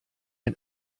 ein